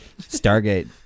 Stargate